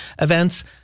events